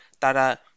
tara